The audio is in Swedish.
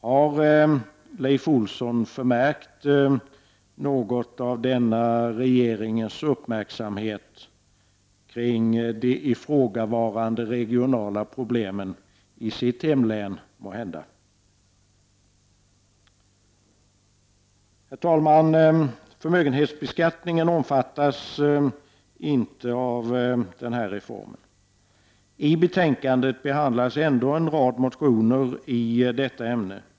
Har Leif Olsson måhända förmärkt något av denna regeringens uppmärksamhet kring de ifrågavarande regionala problemen i sitt hemlän? Herr talman! Förmögenhetsbeskattningen omfattas inte av denna reform. I betänkandet behandlas ändå en rad motioner i detta ämne.